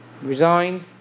resigned